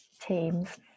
Teams